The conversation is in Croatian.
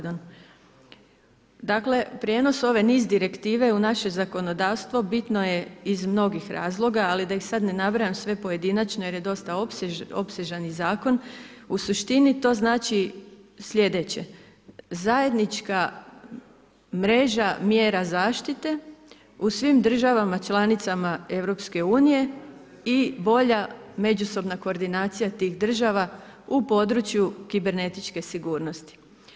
Dakle prijenos ove NIS direktive u naše zakonodavstvo bitno je iz mnogih razloga, ali da ih sada ne nabrajam sve pojedinačno jer je dosta opsežan i zakon u suštini to znači sljedeće, zajedničke mreža mjera zaštite u svim državama članicama EU i bolja međusobna koordinacija tih država u području kibernetičke sigurnosti.